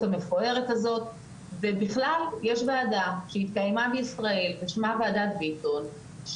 המפוארת הזאת ובכלל יש וועדה שהתקיימה בישראל ושמה וועדת ביטון,